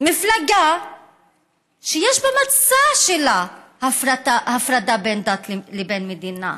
מפלגה שיש במצע שלה הפרדה בין דת לבין מדינה.